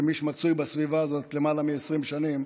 כמי שמצוי בסביבה הזאת למעלה מ-20 שנים,